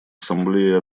ассамблее